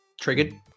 triggered